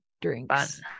drinks